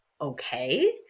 okay